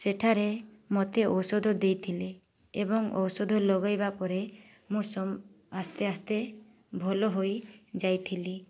ସେଠାରେ ମୋତେ ଔଷଧ ଦେଇଥିଲେ ଏବଂ ଔଷଧ ଲଗାଇବା ପରେ ମୁଁ ସ ଆସ୍ତେ ଆସ୍ତେ ଭଲ ହୋଇଯାଇଥିଲି